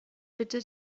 bitte